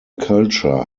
culture